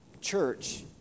church